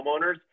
homeowners